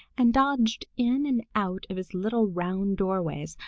and dodged in and out of his little round doorways,